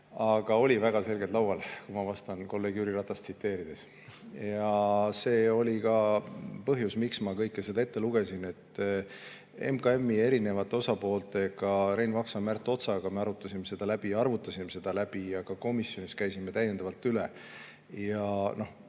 aga oli väga selgelt laual, kui ma vastan kolleeg Jüri Ratast tsiteerides. See oli ka põhjus, miks ma kõike seda ette lugesin. MKM‑i erinevate osapooltega, Rein Vaksa ja Märt Otsaga me arutasime seda ja arvutasime selle läbi ning ka komisjonis käisime täiendavalt üle. Vigur